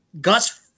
Gus